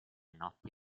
notti